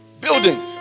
Buildings